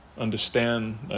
understand